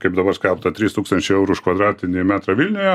kaip dabar skelbta trys tūkstančiai eurų už kvadratinį metrą vilniuje